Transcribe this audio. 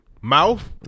mouth